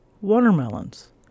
watermelons